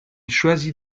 choisit